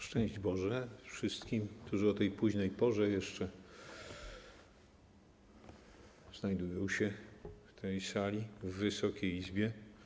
Szczęść Boże wszystkim, którzy o tej późnej porze jeszcze znajdują się w tej sali, w Wysokiej Izbie!